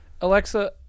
Alexa